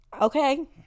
okay